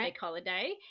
holiday